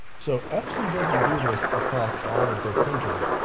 so epson doesn't do this across all of their printers,